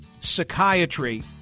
psychiatry